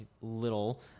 little